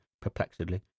Perplexedly